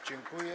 Dziękuję.